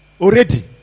already